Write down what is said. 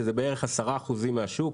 שזה בערך 10% מהשוק,